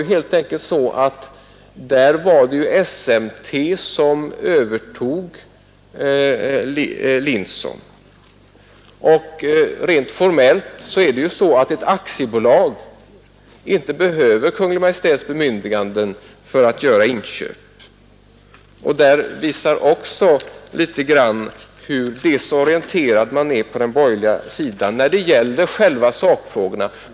Men det var ju SMT som övertog Linson. Och det förhåller sig så att ett aktiebolag inte behöver Kungl. Maj:ts bemyndigande för att göra inköp. Detta visar också hur desorienterad man är på den borgerliga kanten när det gäller själva sakfrågorna.